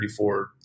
34